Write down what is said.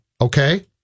Okay